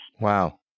Wow